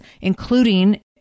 including